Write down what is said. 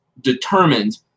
determined